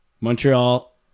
Montreal